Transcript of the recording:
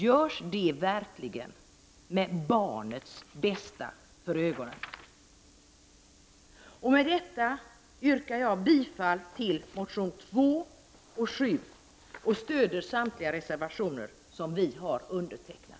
Görs det verkligen med barnets bästa för ögonen? Med detta yrkar jag bifall till reservation 2 och 7 och stöder i övrigt samtliga reservationer som vi har undertecknat.